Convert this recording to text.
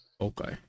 okay